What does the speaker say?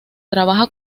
trabaja